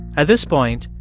at this point,